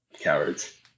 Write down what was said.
Cowards